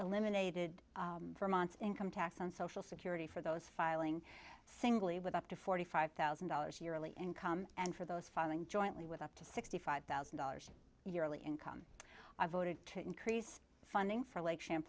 eliminated for months income tax on social security for those filing singly with up to forty five thousand dollars yearly income and for those filing jointly with up to sixty five thousand dollars yearly income i voted to increase funding for lake cham